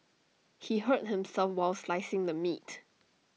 he hurt himself while slicing the meat